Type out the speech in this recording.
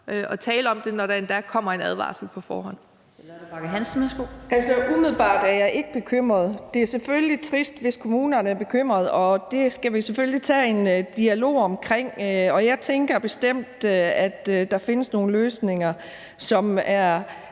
Charlotte Bagge Hansen (M): Altså, umiddelbart er jeg ikke bekymret. Det er selvfølgelig trist, hvis kommunerne er bekymrede, og det skal vi selvfølgelig tage en dialog omkring. Jeg tænker bestemt, der findes nogle løsninger, som er